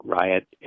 riot